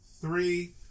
three